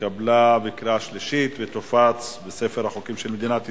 התקבלה בקריאה שלישית ותופץ בספר החוקים של מדינת ישראל.